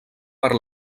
per